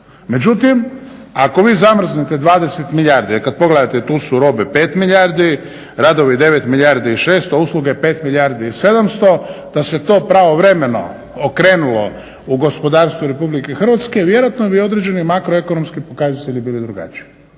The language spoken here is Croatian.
Međutim, ako vi zamrznete 20 milijardi, a kad pogledate tu su robe 5 milijardi, radovi 9 milijardi i 600, usluge 5 milijardi i 700 da se to pravovremeno okrenulo u gospodarstvu RH vjerojatno bi određeni makroekonomski pokazatelji bili drugačiji.